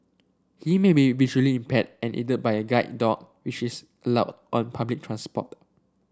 he may be visually impaired and aided by a guide dog which is allowed on public transport